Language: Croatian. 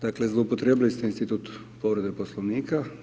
Dakle, zloupotrijebili ste institut povrede Poslovnika.